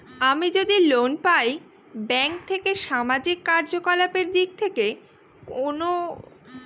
আমি যদি লোন পাই ব্যাংক থেকে সামাজিক কার্যকলাপ দিক থেকে কোনো অন্য রকম সুযোগ সুবিধা পাবো?